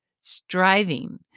striving